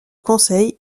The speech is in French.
conseil